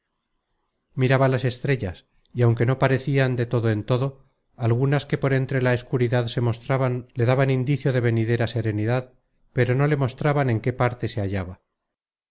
anegarian miraba las estrellas y aunque no parecian de todo en todo algunas que por entre la escuridad se mostraban le daban indicio de venidera serenidad pero no le mostraban en qué parte se